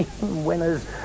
winners